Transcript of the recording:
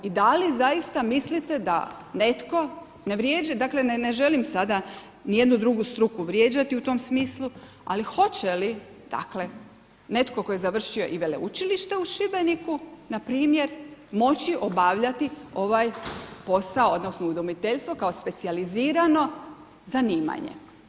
I da li zaista mislite da netko, dakle ne želim sada ni jednu drugu struku vrijeđati u tom smislu, ali hoće li dakle netko tko je završio i Veleučilište u Šibeniku npr. moći obavljati ovaj posao odnosno udomiteljstvo kao specijalizirano zanimanje?